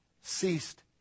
ceased